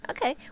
Okay